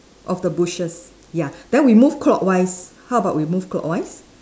of the bushes ya then we move clockwise how about we move clockwise